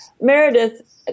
meredith